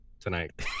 tonight